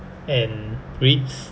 and REITs